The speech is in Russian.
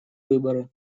выборы